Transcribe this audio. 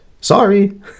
Sorry